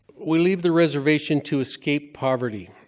we leave the reservation to escape poverty.